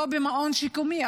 לא במעון שיקומי,